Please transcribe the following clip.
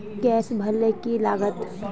Gas भरले की लागत?